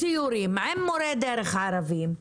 סיורים עם מורי דרך ערבים,